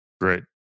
Great